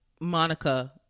Monica